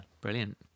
Brilliant